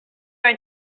were